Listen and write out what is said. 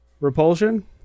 repulsion